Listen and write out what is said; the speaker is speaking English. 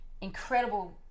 incredible